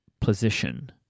position